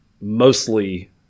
mostly